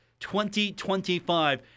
2025